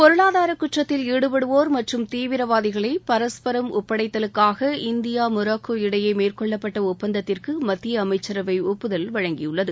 பொருளாதார குற்றத்தில் ஈடுபடுவோர் மற்றும் தீவிரவாதிகளை பரஸ்பரம் ஒப்படைத்தலுக்காக இந்தியா மெயராக்கோ இடையே மேற்கொள்ளப்பட்ட ஒப்பந்தத்திற்கு மத்திய அமை்சரவை ஒப்புதல் வழங்கியுள்ளது